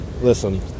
Listen